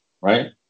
right